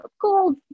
gold